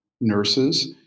nurses